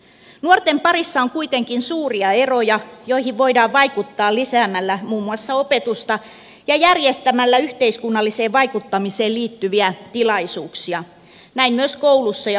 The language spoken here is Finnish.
nuorten parissa on kuitenkin suuria eroja joihin voidaan vaikuttaa lisäämällä muun muassa opetusta ja järjestämällä yhteiskunnalliseen vaikuttamiseen liittyviä tilaisuuksia näin myös kouluissa ja oppilaitoksissa